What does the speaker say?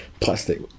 Plastic